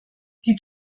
die